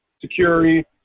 security